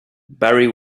barrie